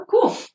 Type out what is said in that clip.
cool